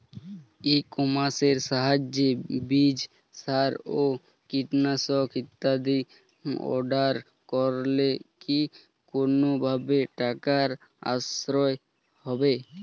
ই কমার্সের সাহায্যে বীজ সার ও কীটনাশক ইত্যাদি অর্ডার করলে কি কোনোভাবে টাকার সাশ্রয় হবে?